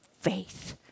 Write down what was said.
faith